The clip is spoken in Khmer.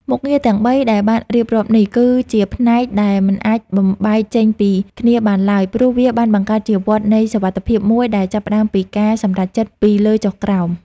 មុខងារទាំងបីដែលបានរៀបរាប់នេះ គឺជាផ្នែកដែលមិនអាចបំបែកចេញពីគ្នាបានឡើយ ព្រោះវាបានបង្កើតជាវដ្តនៃសុវត្ថិភាពមួយដែលចាប់ផ្ដើមពីការសម្រេចចិត្តពីលើចុះក្រោម។